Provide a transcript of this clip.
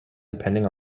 depending